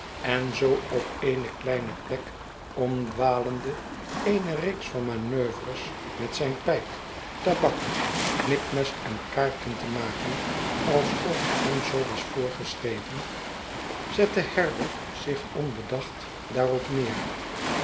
en zoo op eene kleine plek omdwalende eene reeks van manoeuvres met zijne pijp tabak knipmes en kaarten te maken alsof het hem zoo was voorgeschreven zette herbert zich onbedacht daarop neer